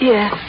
Yes